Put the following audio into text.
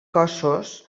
cossos